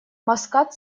маскат